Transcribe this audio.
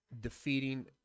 defeating